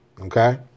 Okay